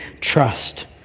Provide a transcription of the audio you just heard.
trust